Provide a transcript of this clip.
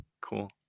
Cool